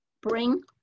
bring